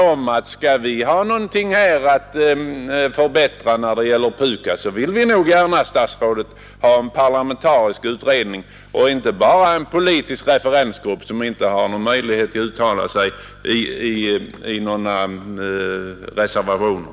Om man skall kunna förbättra något när det gäller PUKAS är jag ganska övertygad om, herr statsråd, att det behövs en parlamentarisk utredning och inte bara en politisk referensgrupp som inte har någon möjlighet att uttala sig i form av reservationer.